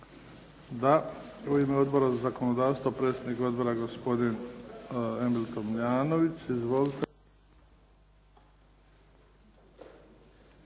Da. U ime Odbora za zakonodavstvo, predsjednik odbora gospodin Emil Tomljanović. Izvolite.